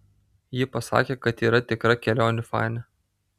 ji pasakė kad yra tikra kelionių fanė